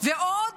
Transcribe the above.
ועוד